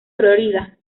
florida